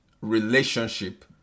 relationship